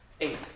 Eight